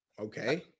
Okay